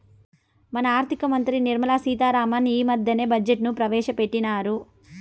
మన ఆర్థిక మంత్రి నిర్మలా సీతా రామన్ ఈ మద్దెనే బడ్జెట్ ను ప్రవేశపెట్టిన్నారు